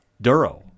Duro